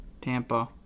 Tampa